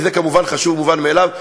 כי זה כמובן חשוב ומובן מאליו,